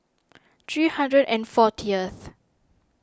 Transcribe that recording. three hundred and fortieth